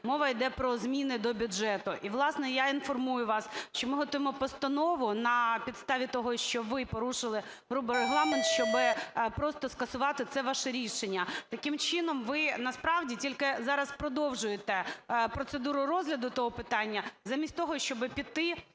мова йде про зміни до бюджету. І, власне, я інформую вас, що ми готуємо постанову, на підставі того, що ви порушили грубо Регламент, щоб просто скасувати це ваше рішення. Таким чином, ви насправді тільки зараз продовжуєте процедуру розгляду того питання, замість того щоб піти